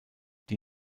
die